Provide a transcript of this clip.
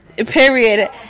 period